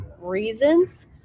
reasons